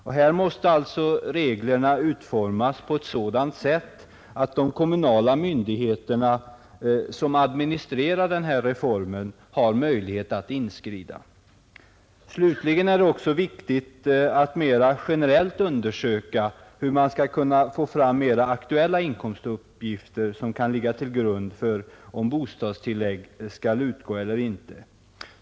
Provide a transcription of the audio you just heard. Reglerna måste därför utformas på sådant sätt att de kommunala myndigheter som administrerar denna reform har möjlighet att ingripa. För det andra är det viktigt att mer generellt undersöka hur man skall kunna få fram mer aktuella inkomstuppgifter till grund för bedömningen huruvida bostadstillägg skall utgå eller inte.